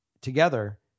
together